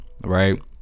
right